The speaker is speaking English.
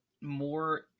more